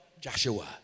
Joshua